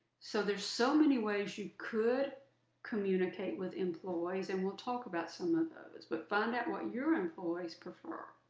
so there's so many ways you could communicate with employees, and we'll talk about some of those. but find out what your employees prefer.